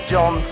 John